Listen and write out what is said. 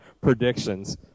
predictions